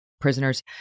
prisoners